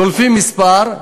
שולפים מספר,